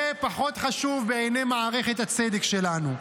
זה פחות חשוב בעיני מערכת הצדק שלנו.